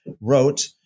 wrote